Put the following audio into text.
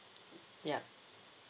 ya